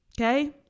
Okay